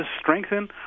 strengthen